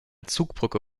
zugbrücke